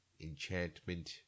enchantment